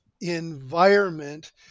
environment